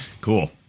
cool